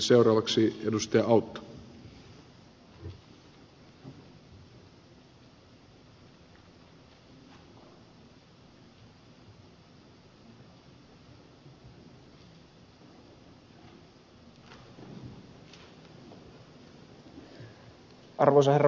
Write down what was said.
arvoisa herra puhemies